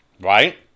right